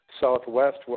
southwest